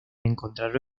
encontrado